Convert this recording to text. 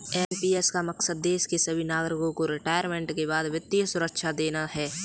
NPS का मकसद देश के सभी नागरिकों को रिटायरमेंट के बाद वित्तीय सुरक्षा देना है